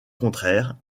contraire